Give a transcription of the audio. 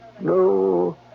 No